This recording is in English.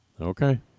Okay